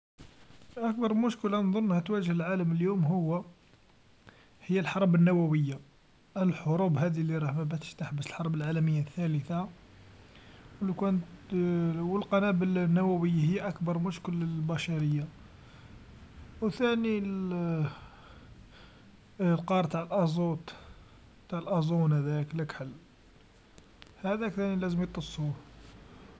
أكبر مشكل أنظن راح تواجه العالم اليوم هو، هي الحرب النوويا، الحروب هاذي لراها باش تحبس الحرب العالميا الثالثا، و لوكان ت، و نقابل النوويا هي أكبر مشكل للبشريا و ثاني ل القار تع الآزوت، تع الأزون هذاك لحكل هذاك لازم يطصوه.